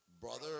brother